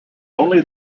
only